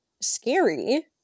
scary